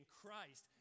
Christ